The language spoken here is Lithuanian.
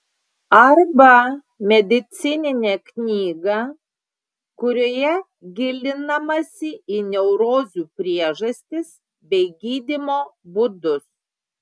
arba medicininę knygą kurioje gilinamasi į neurozių priežastis bei gydymo būdus